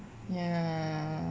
ya